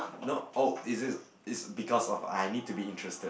no oh is this is because of I need to be interested